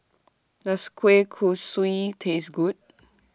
Does Kueh Kosui Taste Good